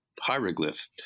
hieroglyph